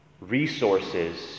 resources